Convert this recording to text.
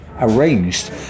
arranged